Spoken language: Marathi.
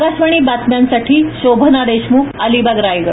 आकाशवाणी बातम्यांसाठी शोभना देशमुख अलिबाग रायगड